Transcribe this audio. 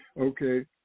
Okay